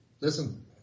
listen